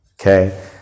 Okay